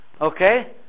Okay